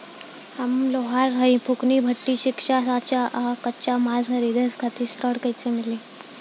हम लोहार हईं फूंकनी भट्ठी सिंकचा सांचा आ कच्चा माल खरीदे खातिर ऋण कइसे मिली?